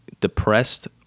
depressed